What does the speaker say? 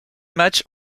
matchs